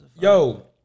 Yo